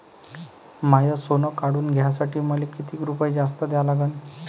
माय सोनं काढून घ्यासाठी मले कितीक रुपये जास्त द्या लागन?